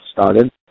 started